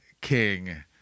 king